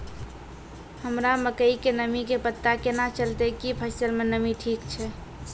हमरा मकई के नमी के पता केना चलतै कि फसल मे नमी ठीक छै?